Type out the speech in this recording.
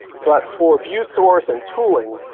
but for view source and tooling,